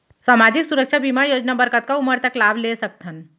सामाजिक सुरक्षा बीमा योजना बर कतका उमर तक लाभ ले सकथन?